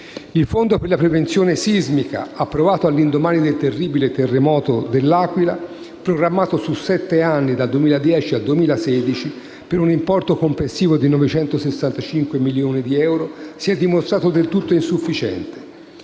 Il Fondo per la prevenzione sismica, approvato all'indomani del terribile terremoto de dell'Aquila, programmato su sette anni, dal 2010 al 2016, per un importo complessivo di 965 milioni di euro, si è dimostrato del tutto insufficiente,